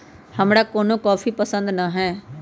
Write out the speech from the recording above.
हमरा कोनो कॉफी पसंदे न हए